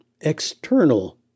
external